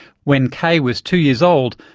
when k was two years old,